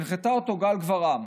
הנחתה אותו גל גברעם,